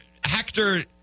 Hector